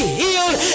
healed